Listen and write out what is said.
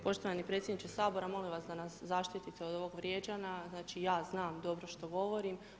Poštovani potpredsjedniče Sabora molim vas da nas zaštitite od ovog vrijeđanja, znači ja znam dobro što govorim.